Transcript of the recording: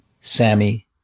Sammy